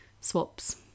swaps